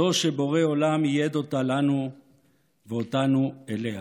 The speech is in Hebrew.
זו שבורא עולם ייעד אותה לנו ואותנו לה.